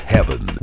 Heaven